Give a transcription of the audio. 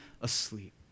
asleep